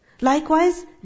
Likewise